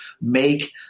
make